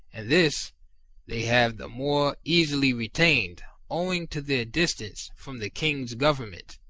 and this they have the more easily retained owing to their distance from the king's government,